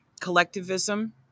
collectivism